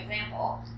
example